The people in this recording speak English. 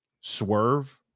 swerve